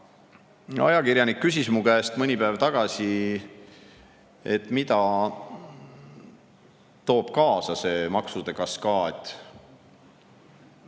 Ajakirjanik küsis mu käest mõni päev tagasi, mida toob see maksude kaskaad